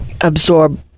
absorb